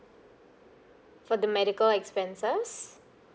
for the medical expenses